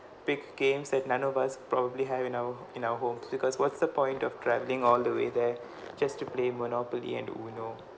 pick games that none of us probably have in our in our homes because what's the point of travelling all the way there just to play monopoly and uno